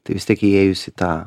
tai vis tiek įėjus į tą